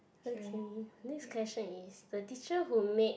okay next question is the teacher who made